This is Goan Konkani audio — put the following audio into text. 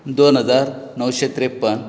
दोन हजार णवशें त्रेप्पन